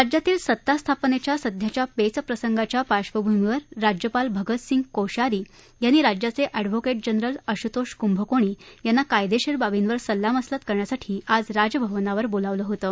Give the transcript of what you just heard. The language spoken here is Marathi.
राज्यातील सत्ता स्थापनेच्या सध्याच्या पेच प्रसंगाच्या पार्श्वभूमीवर राज्यपाल भगतसिंग कोश्यारी यांनी राज्याचे अँडव्होकेट जनरल आशुतोष कुंभकोणी यांना कायदेशीर बाबींवर सल्लामसलत करण्यासाठी आज राजभवनावर बोलावलं होतं